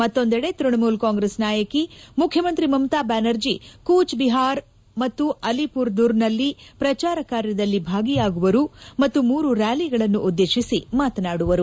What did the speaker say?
ಮತ್ತೊಂದೆಡೆ ತ್ಪಣಮೂಲ ಕಾಂಗ್ರೆಸ್ ನಾಯಕಿ ಮುಖ್ಯಮಂತ್ರಿ ಮಮತಾ ಬ್ಯಾನರ್ಜಿ ಕೂಚ್ಬೆಹಾರ್ ಮತ್ತು ಅಲಿಪುರ್ದುರ್ನಲ್ಲಿ ಪ್ರಚಾರ ಕಾರ್ಯದಲ್ಲಿ ಭಾಗಿಯಾಗುವರು ಮತ್ತು ಮೂರು ರ್ನಾಲಿಗಳನ್ನು ಉದ್ದೇಶಿಸಿ ಮಾತನಾಡುವರು